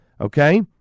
okay